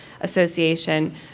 Association